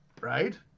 right